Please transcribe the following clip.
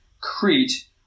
Crete